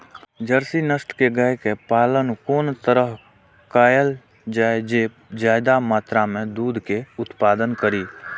Jersey नस्ल के गाय के पालन कोन तरह कायल जाय जे ज्यादा मात्रा में दूध के उत्पादन करी?